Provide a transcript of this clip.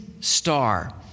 star